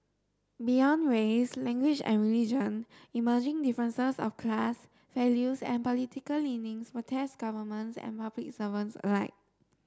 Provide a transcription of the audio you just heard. beyond race language and religion emerging differences of class values and political leanings will test governments and public servants alike